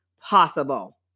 possible